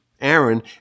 Aaron